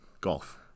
Golf